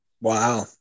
Wow